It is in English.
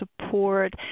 support